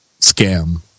scam